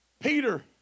Peter